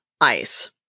ice